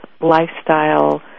lifestyle